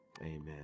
Amen